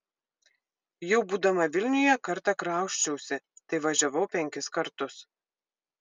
jau būdama vilniuje kartą krausčiausi tai važiavau penkis kartus